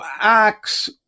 acts